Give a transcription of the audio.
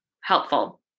helpful